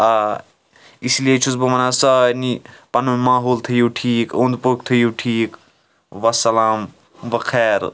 آ اِسلیے چھُس بہٕ وَںان سارنٕے پَنُن ماحول تھٲوِو ٹھیٖک اوٚنٛد پوٚکھ تھٲوِو ٹھیٖک وَسلام بخیر